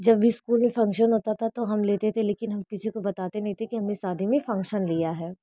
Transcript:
जब इस्कूल में फंक्शन होता था तो हम लेते थे लेकिन हम किसी को बताते नहीं थे कि हम ने शादी में फंक्शन लिया है